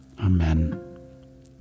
Amen